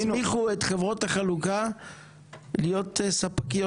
הסמיכו את חברות החלוקה להיות ספקיות